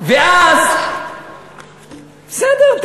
ואז בסדר,